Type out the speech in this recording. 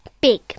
Big